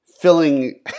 Filling